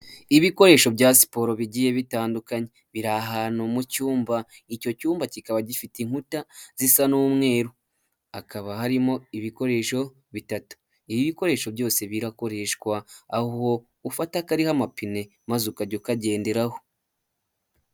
Ibikoresho bya siporo bigiye bitandukanye biri ahantu mu cyumba icyo cyumba kikaba gifite inkuta zisa n'umweru hakaba harimo ibikoresho bitatu ibi bikoresho byose birakoreshwa aho ufata akariho amapine maze ukajya ukagenderaho.